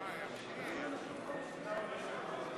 התוצאות של ההצבעה על החזרת סעיף 39 לשנת התקציב 2015,